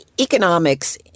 economics